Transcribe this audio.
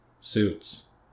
suits